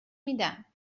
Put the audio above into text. میدم